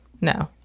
no